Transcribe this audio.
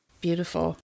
Beautiful